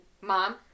mom